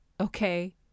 Okay